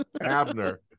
Abner